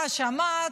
מה שמעת,